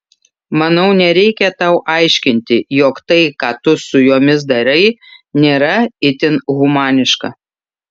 manau nereikia tau aiškinti jog tai ką tu su jomis darai nėra itin humaniška